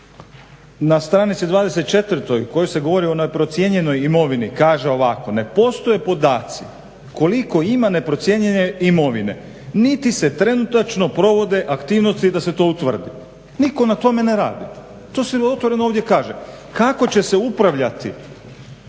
na stranici 24 gdje se govori o neprocijenjenoj imovini kaže ovako: ne postoje podaci koliko ima neprocijenjene imovine niti su trenutačno provode aktivnosti da se to utvrdi. Nitko na tome ne radi, to se otvoreno ovdje kaže. Kako će se upravljati